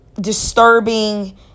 disturbing